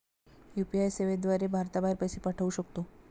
UPI सेवेद्वारे भारताबाहेर पैसे पाठवू शकतो